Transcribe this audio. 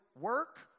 work